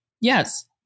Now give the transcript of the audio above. Yes